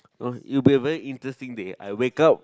oh you'll be very interesting that I wake up